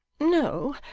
no,